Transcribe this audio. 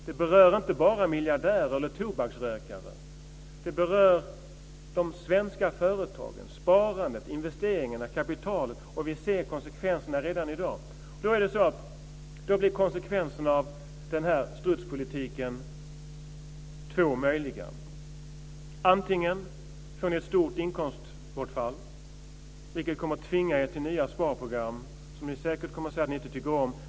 Det berör inte bara miljardärer eller tobaksrökare. Det berör de svenska företagen, sparandet, investeringarna och kapitalet. Vi ser konsekvenserna redan i dag. Konsekvenserna av strutspolitiken är två möjliga. Antingen får ni ett stort inkomstbortfall, vilket kommer att tvinga er till nya sparprogram som ni säkert kommer att säga att ni inte tycker om.